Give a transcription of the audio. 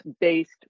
based